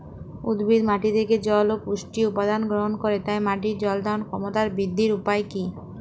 উদ্ভিদ মাটি থেকে জল ও পুষ্টি উপাদান গ্রহণ করে তাই মাটির জল ধারণ ক্ষমতার বৃদ্ধির উপায় কী?